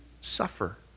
suffer